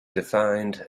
defined